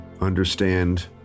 understand